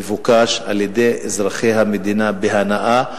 מבוקש על-ידי אזרחי המדינה בהנאה,